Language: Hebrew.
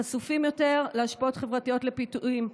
חשופים יותר להשפעות חברתיות, לפיתויים.